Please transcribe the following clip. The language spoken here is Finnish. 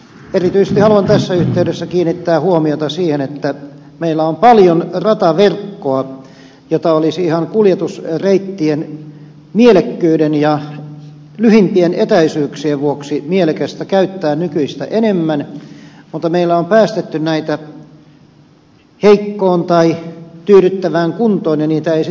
erityisesti haluan tässä yhteydessä kiinnittää huomiota siihen että meillä on paljon rataverkkoa jota olisi ihan kuljetusreittien mielekkyyden ja lyhimpien etäisyyksien vuoksi mielekästä käyttää nykyistä enemmän mutta meillä on päästetty näitä heikkoon tai tyydyttävään kuntoon ja niitä ei sitten hyödynnetä